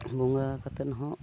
ᱵᱚᱸᱜᱟ ᱠᱟᱛᱮᱫ ᱦᱚᱸ